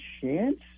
chance